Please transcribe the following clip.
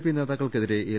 P നേതാക്കൾക്കെതിരെ L